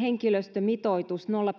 henkilöstömitoitus nolla